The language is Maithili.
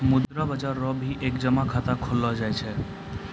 मुद्रा बाजार रो भी एक जमा खाता खोललो जाय छै